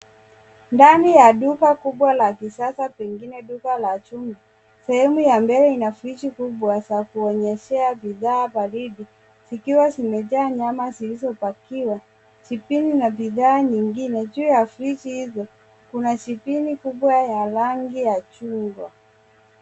Ndani ya duka kubwa la kisasa pengine duka la jumla, sehemu ya mbele inafriji kubwa za kuonyeshea bidhaa baridi, zikiwa zimejaa nyama zilizopakiwa, jibini na bidhaa nyingine. Juu ya friji hivyo, kuna jibini kubwa ya rangi ya chungwa.